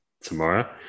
tomorrow